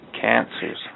Cancers